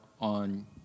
on